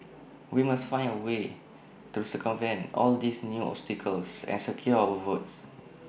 we must find A way to circumvent all these new obstacles and secure our votes